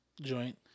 joint